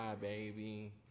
baby